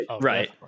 Right